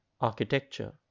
architecture